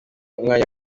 umwanya